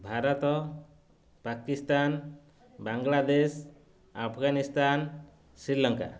Bharat Pakistan Bangladesh Afghanistan Sri Lanka